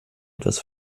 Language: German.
etwas